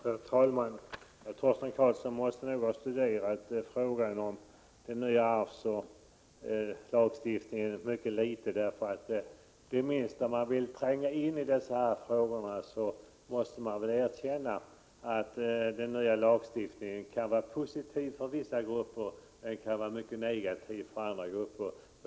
Herr talman! Torsten Karlsson måste nog ha studerat frågan om den nya arvslagstiftningen mycket litet. Det minsta man försöker tränga in i dessa frågor måste man erkänna att den nya lagstiftningen kan vara positiv för vissa människor men mycket negativ för andra.